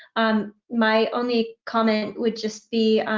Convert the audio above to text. um my only comment would just be,